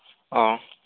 ᱚ